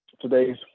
Today's